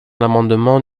l’amendement